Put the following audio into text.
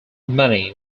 money